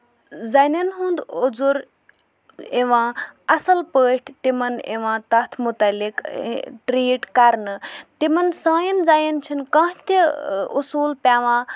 زَنیٚن ہُند ضروٗ یِوان اَصٕل پٲٹھۍ تِمن یِوان تَتھ مُتعلِق ٹریٖٹ کرنہٕ تِمن سانٮ۪ن زَنیٚن چھنہٕ کانہہ تہِ اوصوٗل پیوان